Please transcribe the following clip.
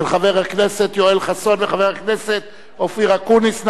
של חבר הכנסת יואל חסון וחבר הכנסת אופיר אקוניס.